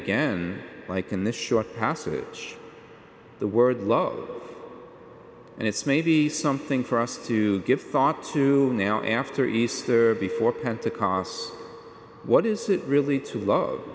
again like in this short passage the word love and it's maybe something for us to give thought to now after easter before pentecost what is it really to love